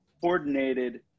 coordinated